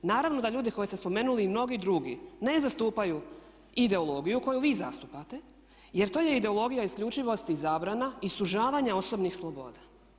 Naravno da ljudi koje ste spomenuli i mnogi drugi ne zastupaju ideologiju koju vi zastupate jer to je ideologija isključivosti i zabrana i sužavanja osobnih sloboda.